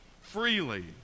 freely